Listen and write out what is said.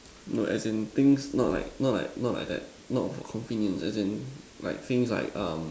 no as in things not like not like not like that not for convenient as in like things like um